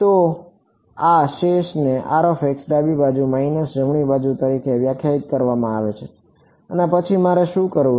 તો આ શેષને ડાબી બાજુ માઈનસ જમણી બાજુ તરીકે વ્યાખ્યાયિત કરવામાં આવે છે અને પછી મારે શું કરવું છે